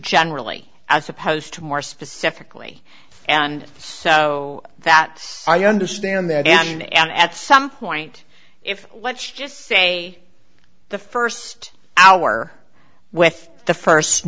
generally as opposed to more specifically and so that i understand that and and at some point if let's just say the st hour with the